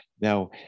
now